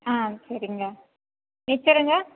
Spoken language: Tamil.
ஆ சரிங்க மிச்சருங்க